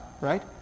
right